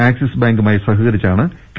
axis ബാങ്കുമായി സഹകരിച്ചാണ് K